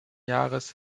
jahres